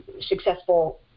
successful